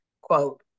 quote